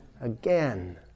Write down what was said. Again